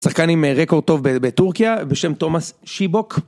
שחקן עם רקורד טוב בטורקיה בשם תומאס שיבוק